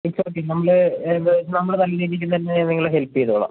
it's okay നമ്മൾ നമ്മൾ നല്ല രീതിക്ക് തന്നെ നിങ്ങളെ ഹെൽപ്പ് ചെയ്തോളാം